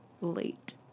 late